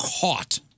caught